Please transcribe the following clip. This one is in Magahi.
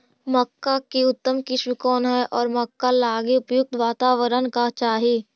मक्का की उतम किस्म कौन है और मक्का लागि उपयुक्त बाताबरण का चाही?